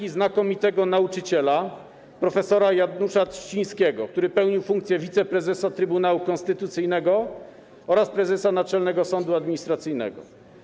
Jest uczniem znakomitego nauczyciela, prof. Janusza Trzcińskiego, który pełnił funkcję wiceprezesa Trybunału Konstytucyjnego oraz prezesa Naczelnego Sądu Administracyjnego.